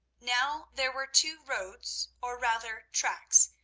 now there were two roads, or rather tracks,